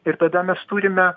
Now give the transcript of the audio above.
ir tada mes turime